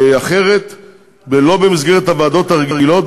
ולא במסגרת הוועדות הרגילות,